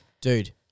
Dude